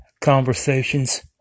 Conversations